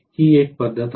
ही एक पद्धत आहे